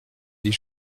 dit